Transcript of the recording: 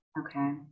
Okay